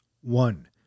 One